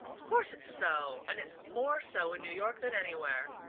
of course it's so. and it's more so in new york than anywhere.